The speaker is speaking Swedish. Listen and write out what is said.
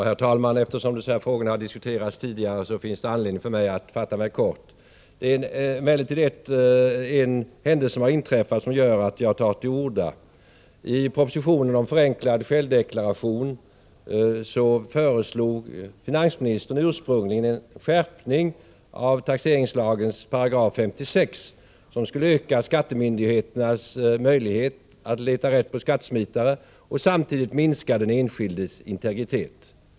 Herr talman! Eftersom dessa frågor har diskuterats tidigare, finns det anledning för mig att fatta mig kort. En händelse har emellertid inträffat som gör att jag tar till orda. I propositionen om förenklad självdeklaration föreslog finansministern ursprungligen en skärpning av 56 § taxeringslagen, vilket skulle öka skattemyndigheternas möjligheter att leta rätt på skattesmitare och samtidigt minska den enskildes integritet.